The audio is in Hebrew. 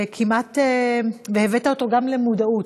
והבאת אותו גם למודעות,